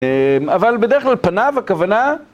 אבל בדרך כלל פניו הכוונה